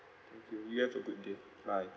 thank you you have a good day bye